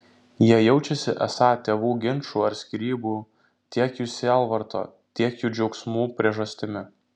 jie jaučiasi esą tėvų ginčų ar skyrybų tiek jų sielvarto tiek jų džiaugsmų priežastimi